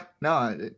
no